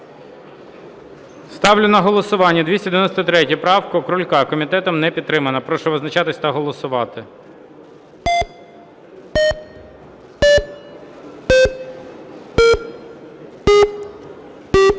Ставлю на голосування 293 правку Крулька. Комітетом не підтримана. Прошу визначатись та голосувати.